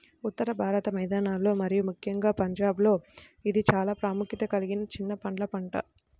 ఉత్తర భారత మైదానాలలో మరియు ముఖ్యంగా పంజాబ్లో ఇది చాలా ప్రాముఖ్యత కలిగిన చిన్న పండ్ల పంట